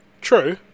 true